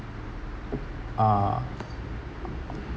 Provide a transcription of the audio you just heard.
uh